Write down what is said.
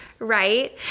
Right